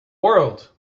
world